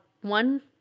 one